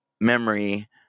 memory